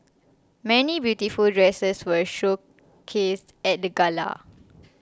many beautiful dresses were showcased at the gala